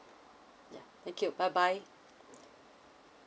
ya thank you bye bye